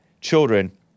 children